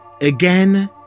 Again